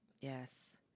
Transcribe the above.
Yes